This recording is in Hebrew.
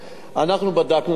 אנחנו בדקנו את הדברים האלה,